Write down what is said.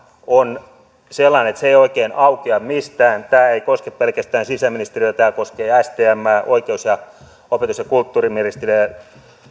on sellainen että se ei oikein aukea mistään tämä ei koske pelkästään sisäministeriötä tämä koskee stmää oikeus ja opetus ja kulttuuriministeriötä